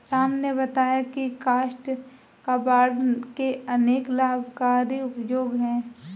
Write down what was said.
राम ने बताया की काष्ठ कबाड़ के अनेक लाभकारी उपयोग हैं